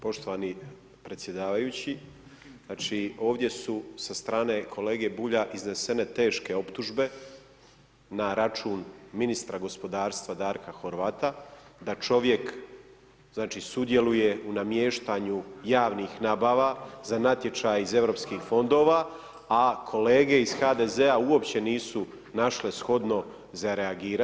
Poštovani predsjedavajući, znači ovdje su sa strane kolege Bulja iznesene teške optužbe na račun ministra gospodarstva Darka Horvata da čovjek znači sudjeluje u namještanju javnih nabava za natječaj iz EU fondova a kolege iz HDZ-a uopće nisu našle shodno za reagirati.